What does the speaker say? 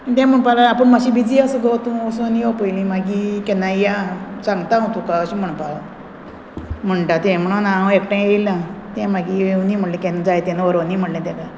तें म्हणपा लागलें आपूण मात्शें बिजी आसा गो तूं वोसोन यो पयलीं मागीर केन्ना या सांगता हांव तुका अशें म्हणपाक लागलें म्हणटा तें म्हणोन हांव एकठें येयलां तें मागीर येवं दीं म्हणलें केन्ना जाय तेन्ना व्हरों दीं म्हणलें तेका